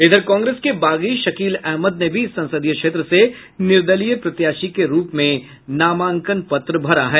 इधर कांग्रेस के बागी शकील अहमद ने भी इस संसदीय क्षेत्र से निर्दलीय प्रत्याशी के रूप में नामांकन पत्र भरा है